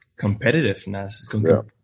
competitiveness